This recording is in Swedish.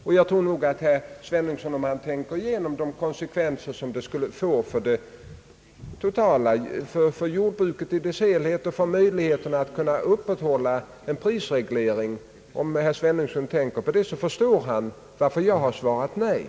Om herr Svenungsson tänker igenom de konsekvenser detta skulle få för jordbruket i dess helhet och för möjligheterna att upprätthålla en prisreglering, tror jag nog att han förstår varför jag har svarat nej.